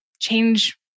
change